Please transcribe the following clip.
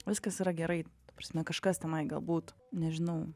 viskas yra gerai ta prasme kažkas tenai galbūt nežinau